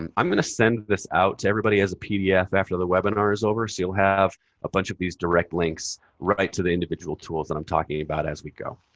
um i'm going to send this out to everybody has a pdf after the webinar is over. so you'll have a bunch of these direct links right to the individual tools that i'm talking about as we go.